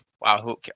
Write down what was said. Wow